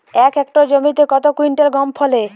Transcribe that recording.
এক হেক্টর জমিতে কত কুইন্টাল গম ফলে?